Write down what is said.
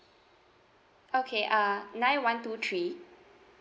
okay uh nine one two three